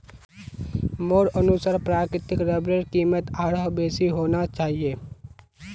मोर अनुसार प्राकृतिक रबरेर कीमत आरोह बेसी होना चाहिए